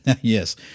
Yes